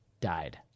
died